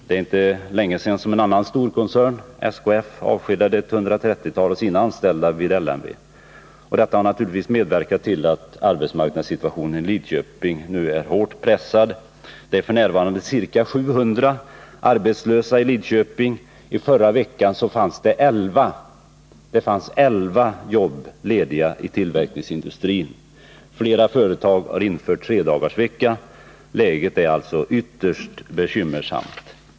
Det är inte länge sedan en annan storkoncern, SKF, avskedade omkring 130 av sina anställda vid LMV. Detta har naturligtvis medverkat till att arbetsmarknadssituationen i Lidköping nu är hårt pressad. F. n. är ca 700 människor arbetslösa i Lidköping. I förra veckan fanns det 11 jobb lediga i tillverkningsindustrin. Flera företag har infört tredagarsvecka. Läget är alltså ytterst bekymmersamt.